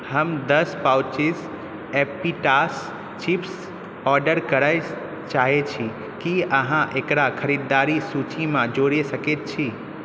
हम दस पाउच्स एप्पीतास चिप्स ऑर्डर करय चाहैत छी की अहाँ एकरा खरीदारी सूचीमे जोड़ि सकैत छी